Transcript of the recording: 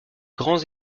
grands